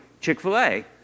Chick-fil-A